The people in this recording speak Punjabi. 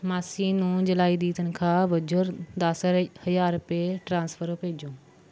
ਮਾਸੀ ਨੂੰ ਜੁਲਾਈ ਦੀ ਤਨਖਾਹ ਵਜੋਂ ਦਸ ਹਜ਼ਾਰ ਰੁਪਏ ਟ੍ਰਾਂਸਫਰ ਭੇਜੋ